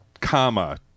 comma